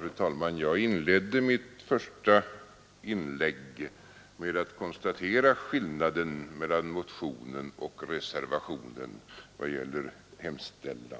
Fru talman! Jag inledde mitt första anförande med att konstatera skillnaden mellan motionen och reservationen vad gäller yrkandena.